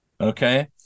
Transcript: Okay